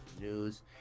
news